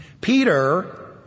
Peter